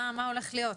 מה הולך להיות.